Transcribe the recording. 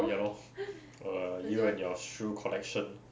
ya lor err you and your shoe collection